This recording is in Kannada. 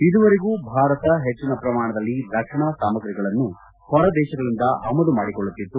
ಇದುವರೆಗೂ ಭಾರತ ಹೆಚ್ಚಿನ ಪ್ರಮಾಣದಲ್ಲಿ ರಕ್ಷಣಾ ಸಾಮಾಗ್ರಿಗಳನ್ನು ಹೊರದೇಶಗಳಿಂದ ಆಮದು ಮಾಡಿಕೊಳ್ಳುತ್ತಿತ್ತು